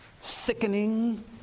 thickening